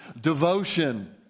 devotion